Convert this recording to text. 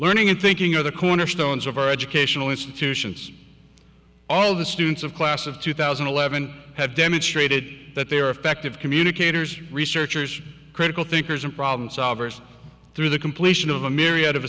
learning and thinking of the cornerstones of our educational institutions all the students of class of two thousand and eleven have demonstrated that they are effective communicators researchers critical thinkers and problem solvers through the completion of a myriad of